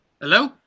hello